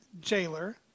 jailer